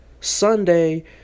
sunday